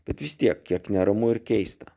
bet vis tiek kiek neramu ir keista